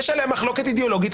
יש עליה מחלוקת אידיאולוגית.